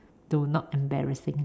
to not embarrassing